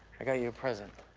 i got you a present.